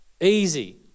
Easy